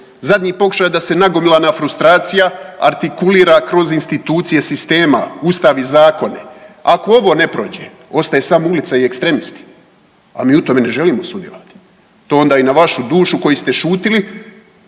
zadnji pokušaj da se nagomilana frustracija artikulira kroz institucije sistema ustav i zakone. Ako ovo ne prođe ostaje samo ulica i ekstremisti, a mi u tome ne želimo sudjelovati. To onda i na vašu dušu koji ste šutili,